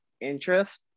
interest